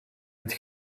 het